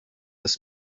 much